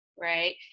right